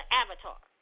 avatar